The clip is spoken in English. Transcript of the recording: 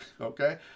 Okay